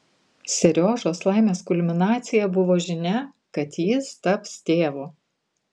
seriožos laimės kulminacija buvo žinia kad jis taps tėvu